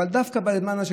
דווקא בזמן כזה,